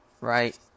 right